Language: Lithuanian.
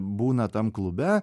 būna tam klube